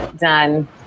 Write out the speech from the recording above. done